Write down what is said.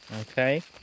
okay